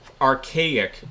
archaic